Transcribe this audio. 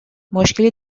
مشکلی